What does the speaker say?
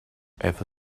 ever